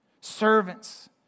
servants